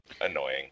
Annoying